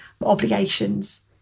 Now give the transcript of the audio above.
obligations